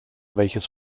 welches